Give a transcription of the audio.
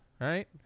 Right